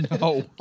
No